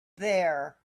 there